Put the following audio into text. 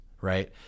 Right